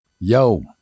Yo